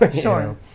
Sure